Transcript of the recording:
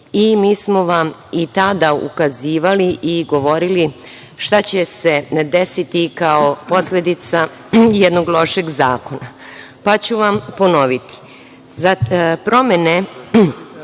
i mi smo vam i tada ukazivali i govorili šta će se desiti kao posledica jednog lošeg zakona, pa ću vam ponoviti. Promene,